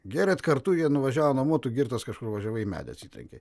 gėrėt kartu jie nuvažiavo namo tu girtas kažkur važiavai į medį atsitrenkei